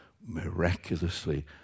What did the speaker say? miraculously